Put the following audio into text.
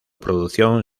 producción